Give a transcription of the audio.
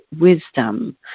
wisdom